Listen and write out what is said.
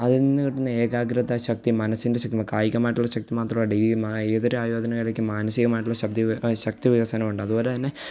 അതില്നിന്ന് കിട്ടുന്ന ഏകാഗ്രത ശക്തി മനസിന്റെ ശ കായികമായിട്ടുള്ള ശക്തി മാത്ര ഡേ ഈ മാ ഏതൊരായോധനകലയ്ക്കും മാനസികമായിട്ടുള്ള ശക്തി വികസനമുണ്ട് അതുപോലെ തന്നെ